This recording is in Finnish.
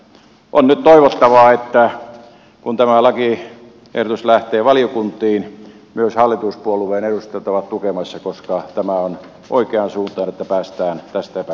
on nyt toivottavaa että kun tämä lakiehdotus lähtee valiokuntiin myös hallituspuolueiden edustajat ovat tukemassa koska tämä on oikean suuntaista että päästään tästäpä